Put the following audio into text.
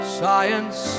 science